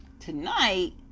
Tonight